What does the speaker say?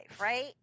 right